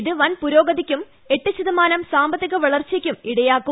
ഇത് വൻ പുരോഗതിയ്ക്കും എട്ട് ശതമാനം സാമ്പത്തിക വളർച്ചയ്ക്കും ഇടയാക്കും